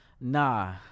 nah